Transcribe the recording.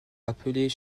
appelés